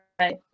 right